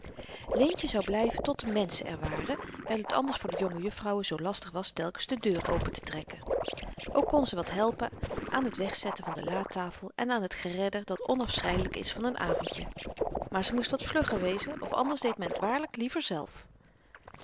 leentje zou blyven tot de menschen er waren wyl t anders voor de jonge juffrouwen zoo lastig was telkens de deur opentetrekken ook kon ze wat helpen aan t wegzetten van de latafel en aan al t geredder dat onafscheidelyk is van n avendje maar ze moest wat vlugger wezen of anders deed men t waarlyk liever zelf